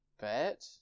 Bet